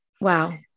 wow